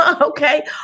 okay